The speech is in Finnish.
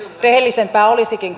rehellisempää olisikin